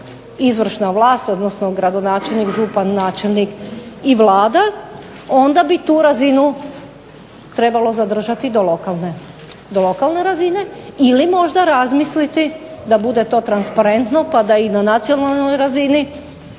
izvršna vlast odnosno gradonačelnik, župan, načelnik i Vlada onda bi tu razinu trebalo zadržati do lokalne razine ili možda razmisliti da bude to transparentno pa da i na nacionalnoj razini